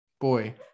Boy